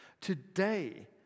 Today